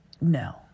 no